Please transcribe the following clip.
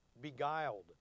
beguiled